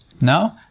No